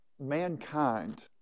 mankind